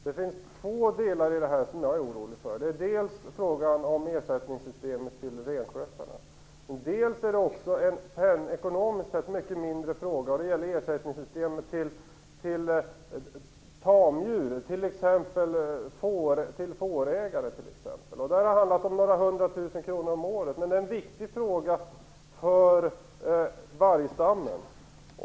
Herr talman! Det finns två delar som jag är orolig för i det här. Det är dels frågan om ersättningssystemet till renskötarna, dels en ekonomiskt sett mycket mindre fråga, nämligen ersättningssystemet när det gäller tamdjur, exempelvis till fårägare. Det här har handlat om några hundra tusen kronor om året, men det är en viktig fråga för vargstammen.